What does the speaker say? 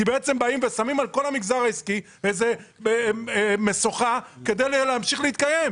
בעצם באים ושמים על כל המגזר העסקי משוכה כדי להמשיך להתקיים.